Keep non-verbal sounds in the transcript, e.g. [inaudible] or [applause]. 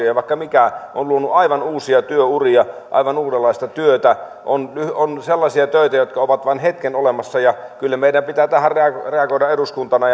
[unintelligible] ja vaikka mikä ovat luoneet aivan uusia työuria aivan uudenlaista työtä on sellaisia töitä jotka ovat olemassa vain hetken kyllä meidän pitää tähän reagoida eduskuntana [unintelligible]